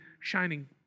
shining